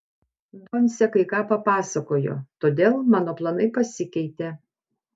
doncė kai ką papasakojo todėl mano planai pasikeitė